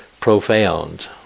profound